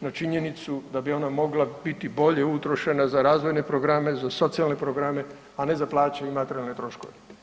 na činjenicu da bi ona mogla biti bolje utrošena za razvojne programe, za socijalne programe, a ne za plaće i materijalne troškove.